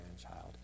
grandchild